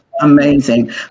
amazing